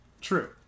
true